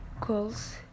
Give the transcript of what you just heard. calls